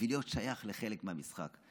בשביל להיות שייך לחלק מהמשחק.